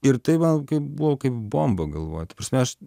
ir tai man kaip buvo kaip bomba galvoj ta prasme aš